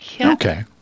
Okay